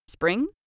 Spring